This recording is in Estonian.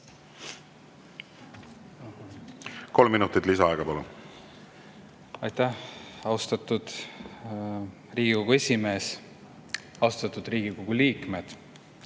Kolm minutit lisaaega, palun! Aitäh, austatud Riigikogu esimees! Austatud Riigikogu liikmed!